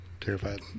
terrified